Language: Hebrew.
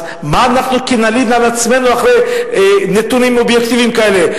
אז מה לנו כי נלין על עצמנו אחרי נתונים אובייקטיביים כאלה?